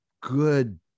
good